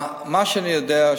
מה שאני יודע,